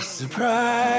surprise